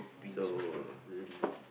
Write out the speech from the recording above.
so we'll